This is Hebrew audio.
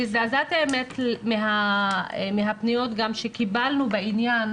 הזדעזעתי מן הפניות שקיבלנו בעניין